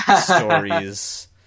stories